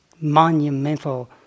monumental